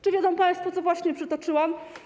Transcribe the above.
Czy wiedzą państwo, co właśnie przytoczyłam?